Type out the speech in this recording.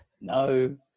No